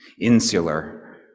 insular